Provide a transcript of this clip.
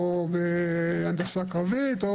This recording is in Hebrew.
או בהנדסה קרבית.